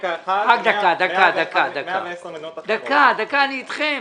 --- דקה, אני אתכם